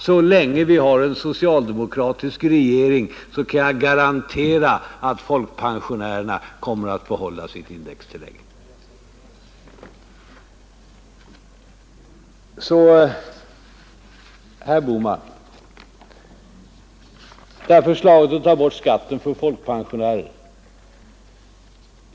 Så länge vi har en socialdemokratisk regering kan jag garantera att folkpensionärerna kommer att få behålla sitt indextillägg. Herr Bohman har föreslagit att man skall ta bort skatten för folkpensionärer.